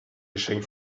geschenk